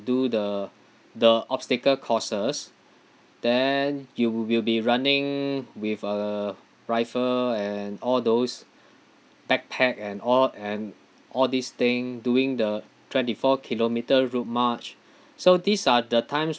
do the the obstacle courses then you will be running with a rifle and all those backpack and all and all these thing doing the twenty four kilometre route march so these are the times